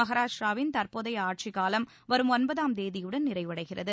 மகாராஷ்டராவின் தற்போதைய ஆட்சிக்காலம் வரும் ஒன்பதாம் தேதியுடன் நிறைவடைகிறது